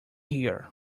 here